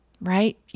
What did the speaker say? Right